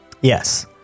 Yes